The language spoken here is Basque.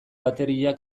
bateria